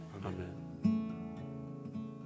Amen